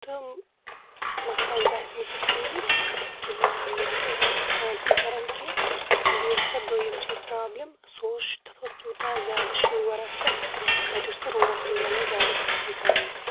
تہٕ مگر اسہِ باسیوٚو نہٕ سُہ ٹھیٖک کِہیٖنۍ اَکھ اوس نہٕ سُہ زیادٕ ٹھَنٛڈ تہِ کَرَان کینٛہہ بیٚیہِ اوس تَتھ دوٚیِم چیٖز پرٛابلم سُہ اوس تَتھ اوس تِیوٗتاہ زِیادٕ شور آسان تَتہِ اوس نہٕ روٗمَس منٛز بَنان زِیادٕ کَتھٕے کَرٕنۍ